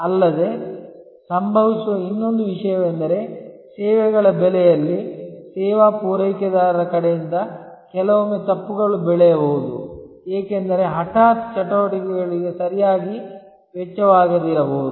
ಅಲ್ಲದೆ ಸಂಭವಿಸುವ ಇನ್ನೊಂದು ವಿಷಯವೆಂದರೆ ಸೇವೆಗಳ ಬೆಲೆಯಲ್ಲಿ ಸೇವಾ ಪೂರೈಕೆದಾರರ ಕಡೆಯಿಂದ ಕೆಲವೊಮ್ಮೆ ತಪ್ಪುಗಳು ಬೆಳೆಯಬಹುದು ಏಕೆಂದರೆ ಹಠಾತ್ ಚಟುವಟಿಕೆಗಳಿಗೆ ಸರಿಯಾಗಿ ವೆಚ್ಚವಾಗದಿರಬಹುದು